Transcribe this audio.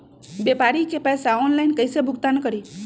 व्यापारी के पैसा ऑनलाइन कईसे भुगतान करी?